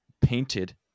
painted